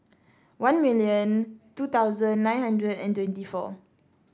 one million two thousand nine hundred and twenty four